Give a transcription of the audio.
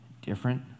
different